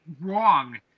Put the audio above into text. wrong